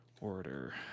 Order